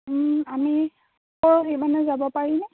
আমি পৰহি মানে যাব পাৰিনে